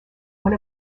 one